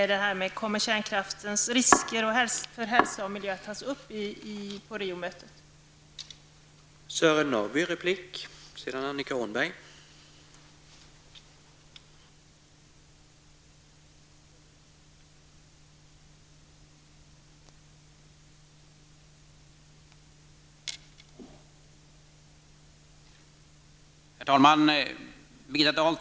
En viktig fråga är: Kommer riskerna med kärnkraften vad gäller hälsa och miljö att tas upp på mötet i Rio?